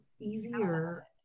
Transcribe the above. easier